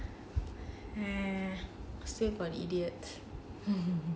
eh save on idiots